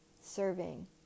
serving